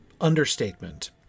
understatement